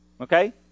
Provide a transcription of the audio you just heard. okay